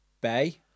bay